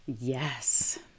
yes